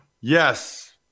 Yes